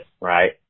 Right